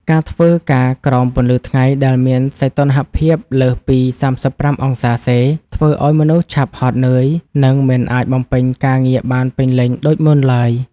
ការធ្វើការក្រោមពន្លឺថ្ងៃដែលមានសីតុណ្ហភាពលើសពី ៣៥ អង្សាសេ ធ្វើឱ្យមនុស្សឆាប់ហត់នឿយ និងមិនអាចបំពេញការងារបានពេញលេញដូចមុនឡើយ។